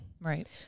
right